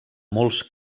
molts